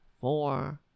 four